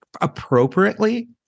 appropriately